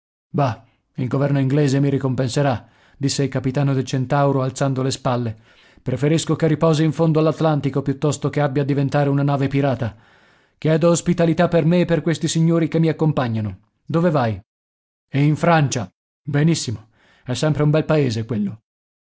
bah il governo inglese mi ricompenserà disse il capitano del centauro alzando le spalle preferisco che riposi in fondo all'atlantico piuttosto che abbia a diventare una nave pirata chiedo ospitalità per me e per questi signori che mi accompagnano dove vai in francia benissimo è sempre un bel paese quello